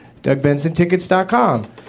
DougBensonTickets.com